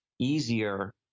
easier